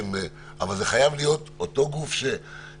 אבל זה חייב להיות אותו גוף שמאשר,